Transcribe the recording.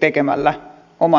tekemällä oman vastaantulonsa